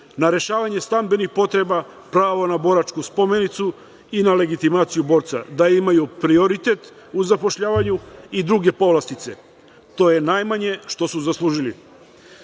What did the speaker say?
na rešavanje stambenih potreba, pravo na boračku spomenicu i na legitimaciju borca, da imaju prioritet u zapošljavanju i druge povlastice. To je najmanje što su zaslužili. Zakonom